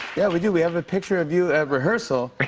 yeah, we do. we have a picture of you at rehearsal.